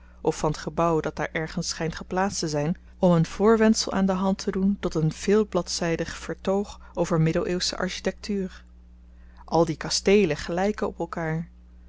of van t gebouw dat daar ergens schynt geplaatst te zyn om een voorwendsel aan de hand te doen tot een veelbladzydig vertoog over middeleeuwsche architektuur al die kasteelen gelyken op elkaar